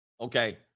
Okay